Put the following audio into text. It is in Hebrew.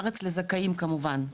בארץ לזכאים כמובן,